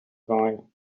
have